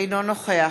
אינו נוכח